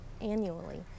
annually